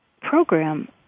program